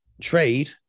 trade